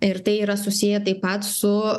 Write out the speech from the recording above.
ir tai yra susiję taip pat su